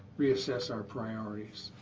reassess our priorities.